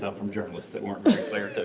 ah from journalists that weren't clear.